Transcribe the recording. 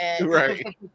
right